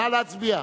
נא להצביע.